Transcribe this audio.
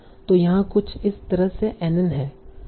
तो यहाँ कुछ इस तरह से NN है